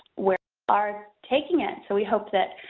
where, are taking it so we hope that,